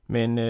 Men